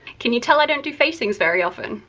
can you tell i don't do facings very often?